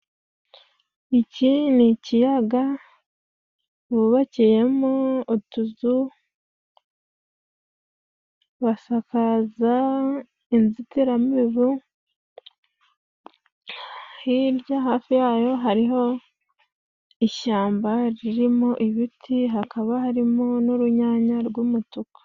Iki ni ikiyaga bubakiyemo utuzu basakaza inzitiramibu, hirya hafi yayo hari ishyamba ririmo ibiti, hakaba harimo n'urunyanya rw'umutuku.